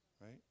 Right